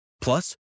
Plus